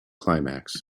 climax